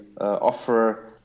offer